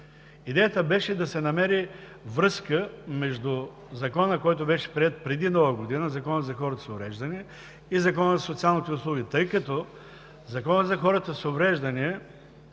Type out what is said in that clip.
Идеята беше да се намери връзка между закона, който беше приет преди Нова година – Закона за хората с увреждания и Закона за социалните услуги, тъй като Законът за хората с увреждания